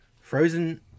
frozen